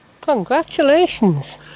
Congratulations